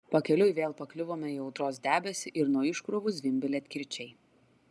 pakeliui vėl pakliuvome į audros debesį ir nuo iškrovų zvimbė ledkirčiai